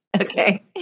Okay